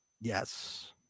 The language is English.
Yes